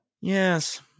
Yes